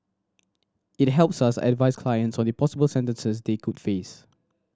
it helps us advise clients on the possible sentences they could face